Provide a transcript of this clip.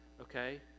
okay